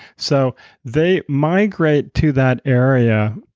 so they migrate to that area.